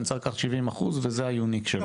אני צריך לקחת 70% וזה ה"יוניק" שלו.